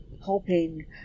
hoping